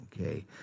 okay